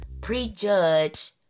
prejudge